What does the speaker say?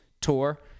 tour